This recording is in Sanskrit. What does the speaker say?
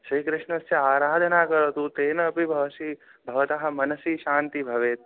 श्रीकृष्णस्य आराधना करोतु तेन अपि भवसि भवतः मनसि शान्तिः भवेत्